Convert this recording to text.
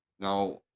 Now